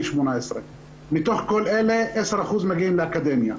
18. מתוך כל אלה 10% מגיעים לאקדמיה.